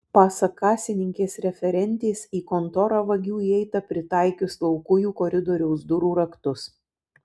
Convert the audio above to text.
pasak kasininkės referentės į kontorą vagių įeita pritaikius laukujų koridoriaus durų raktus